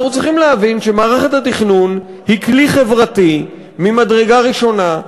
אנחנו צריכים להבין שמערכת התכנון היא כלי חברתי ממדרגה ראשונה.